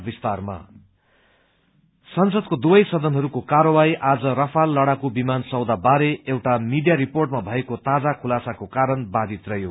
session संसदको दुवै सदनहरूको कर्कायवाही आज रफाल लडाकू विमान सौदा बारे एउटा मीडिया रिर्पोटमा भएको ताजा खुलासाको कारण बाधित रहयो